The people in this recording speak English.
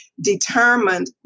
determined